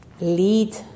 lead